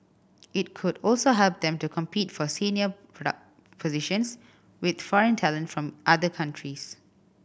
it could also help them to compete for senior product positions with foreign talent from other countries